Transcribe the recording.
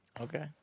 Okay